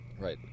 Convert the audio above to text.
Right